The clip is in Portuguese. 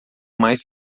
mais